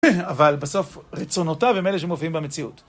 אבל בסוף רצונותיו הם אלה שמופיעים במציאות.